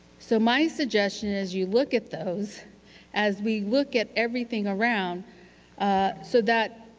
so my suggestion is you look at those as we look at everything around ah so that